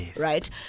right